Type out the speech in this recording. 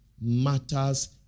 matters